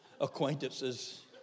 acquaintances